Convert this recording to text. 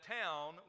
town